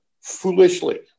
foolishly